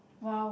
!wow!